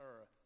earth